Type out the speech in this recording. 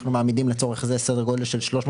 אנחנו מעמידים לצורך זה סדר גודל של 350